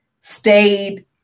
stayed